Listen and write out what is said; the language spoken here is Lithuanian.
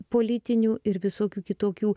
politinių ir visokių kitokių